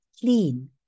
clean